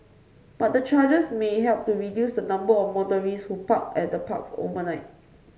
but the charges may help to reduce the number of motorists who park at the parks overnight